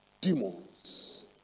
demons